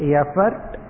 effort